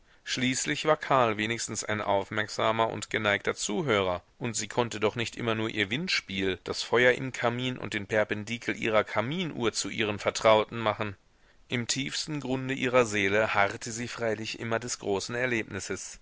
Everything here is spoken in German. schließlich war karl wenigstens ein aufmerksamer und geneigter zuhörer und sie konnte doch nicht immer nur ihr windspiel das feuer im kamin und den perpendikel ihrer kaminuhr zu ihren vertrauten machen im tiefsten grunde ihrer seele harrte sie freilich immer des großen erlebnisses